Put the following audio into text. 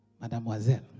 Mademoiselle